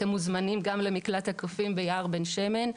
אתם מוזמנים גם למקלט הקופים ביער בן שמן.